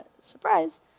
Surprise